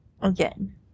again